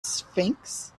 sphinx